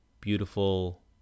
beautiful